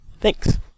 Thanks